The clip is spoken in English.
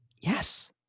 Yes